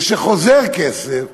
וכשחוזר כסף,